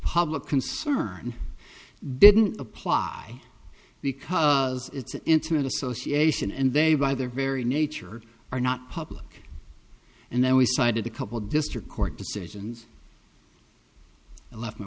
public concern didn't apply because it's an intimate association and they by their very nature are not public and then we cited a couple district court decisions i left my